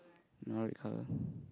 another red colour